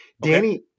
Danny